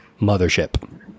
mothership